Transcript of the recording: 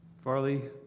Farley